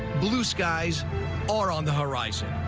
blue skies are on the horizon.